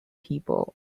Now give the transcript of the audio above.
people